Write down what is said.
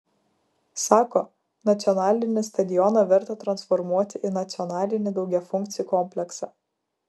sako nacionalinį stadioną verta transformuoti į nacionalinį daugiafunkcį kompleksą